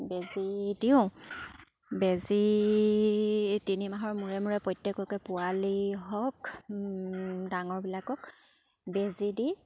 বেজী দিওঁ বেজি তিনিমাহৰ মূৰে মূৰে প্ৰত্যেকে পোৱালি হওক ডাঙৰবিলাকক বেজী দি